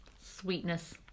sweetness